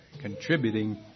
contributing